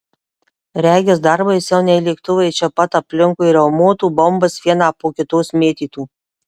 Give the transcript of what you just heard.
regis dar baisiau nei lėktuvai čia pat aplinkui riaumotų bombas vieną po kitos mėtytų